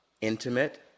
intimate